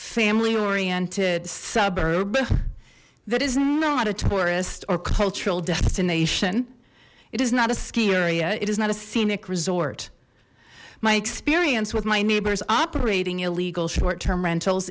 family oriented suburb that is not a tourist or cultural destination it is not a ski area it is not a scenic resort my experience with my neighbors operating illegal short term rentals